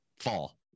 fall